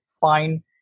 fine